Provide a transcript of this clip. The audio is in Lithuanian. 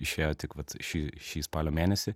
išėjo tik vat ši šį spalio mėnesį